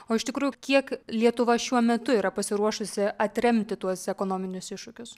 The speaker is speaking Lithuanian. o iš tikrųjų kiek lietuva šiuo metu yra pasiruošusi atremti tuos ekonominius iššūkius